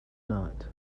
knot